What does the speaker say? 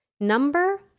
Number